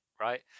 right